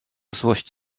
złość